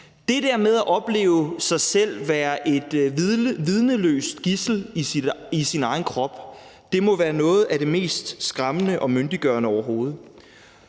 Det der med at opleve sig selv være et vidneløst gidsel i sin egen krop må være noget af det mest skræmmende og umyndiggørende overhovedet.